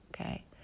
okay